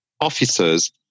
officers